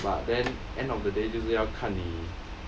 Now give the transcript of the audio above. but then end of the day 就是要看你